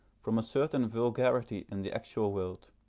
from a certain vulgarity in the actual world.